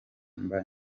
mba